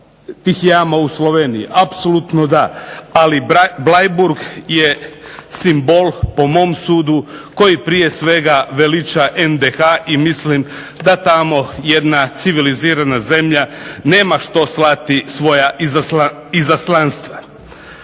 tih jama u Sloveniji, apsolutno da. Ali Bleiburg je simbol po mom sudu koji prije svega veliča NDH i mislim da tamo jedna civilizirana zemlja nema što slati svoja izaslanstva.